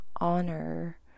honor